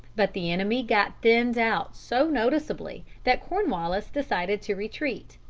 but the enemy got thinned out so noticeably that cornwallis decided to retreat.